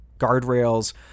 Guardrails